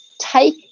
take